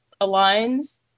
aligns